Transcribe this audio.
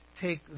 take